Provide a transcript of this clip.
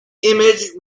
image